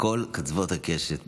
מכל קצוות הקשת,